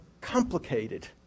complicated